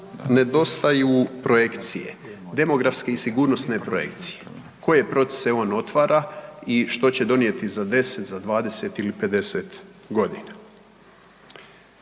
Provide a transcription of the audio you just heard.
nedostaju projekcije, demografske i sigurnosne projekcije, koje procese on otvara i što će donijeti za 10, 20 ili 50 godina.